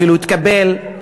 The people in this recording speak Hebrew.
אפילו התקבל.